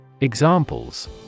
Examples